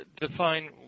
define